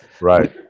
Right